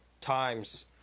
times